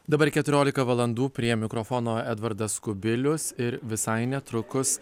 dabar keturiolika valandų prie mikrofono edvardas kubilius ir visai netrukus